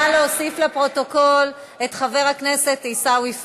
נא להוסיף לפרוטוקול את חבר הכנסת עיסאווי פריג'.